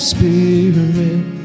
Spirit